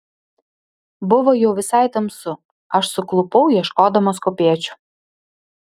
buvo jau visai tamsu aš suklupau ieškodamas kopėčių